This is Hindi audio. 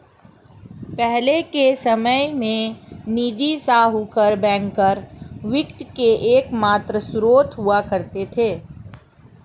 पहले के समय में निजी साहूकर बैंकर वित्त के एकमात्र स्त्रोत हुआ करते थे